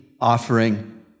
offering